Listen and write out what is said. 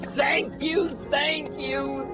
thank you! thank you!